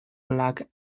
like